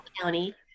County